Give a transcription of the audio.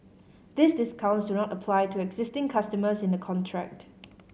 these discounts do not apply to existing customers in a contract